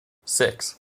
six